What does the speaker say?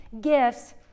gifts